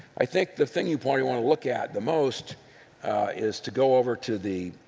i think the thing you probably want to look at the most is to go over to the